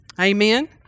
Amen